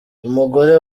umugore